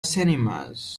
cinemas